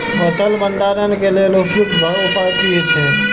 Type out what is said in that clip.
फसल भंडारण के लेल उपयुक्त उपाय कि छै?